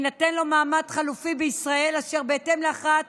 יינתן לו מעמד חלופי בישראל אשר בהתאם להכרעת